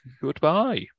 Goodbye